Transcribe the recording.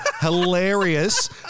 hilarious